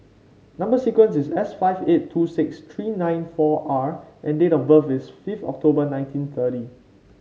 number sequence is S five eight two six three nine four R and date of birth is fifith October nineteen thirty